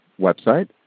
website